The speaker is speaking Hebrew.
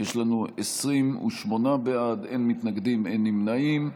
יש לנו 28 בעד, אין מתנגדים, אין נמנעים.